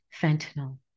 fentanyl